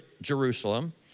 Jerusalem